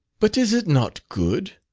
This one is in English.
but is it not good?